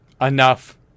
enough